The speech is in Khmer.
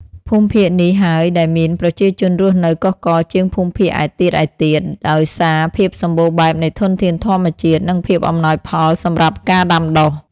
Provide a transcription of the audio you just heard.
ភូមិភាគនេះហើយដែលមានប្រជាជនរស់នៅកុះករជាងភូមិភាគឯទៀតៗ ដោយសារភាពសម្បូរបែបនៃធនធានធម្មជាតិ និងភាពអំណោយផលសម្រាប់ការដាំដុះ។